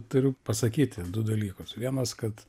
turiu pasakyti du dalykus vienas kad